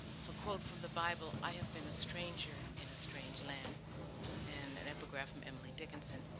of a quote from the bible, i have been a stranger in a strange land and and epigraph from emily dickenson.